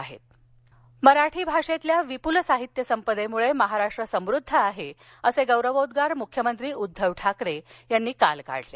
मराठी भाषा मराठी भाषेतल्या विपूल साहित्यसंपदेमुळे महाराष्ट्र समुद्ध आहे असे गौरवोद्वार मुख्यमंत्री उद्धव ठाकरे यांनी काल काढले